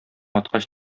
аткач